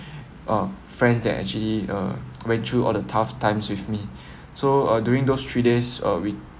uh friends that actually uh went through all the tough times with me so uh during those three days uh with